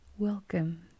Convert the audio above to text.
Welcome